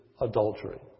adultery